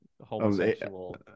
homosexual